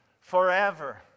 forever